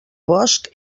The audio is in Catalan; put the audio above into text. boscs